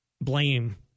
blame